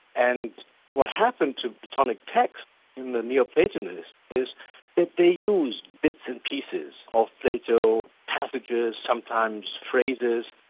and what happened to platonic text in the neo-platonists is if they used bits and pieces of plato, passages, sometimes phrases,